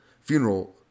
funeral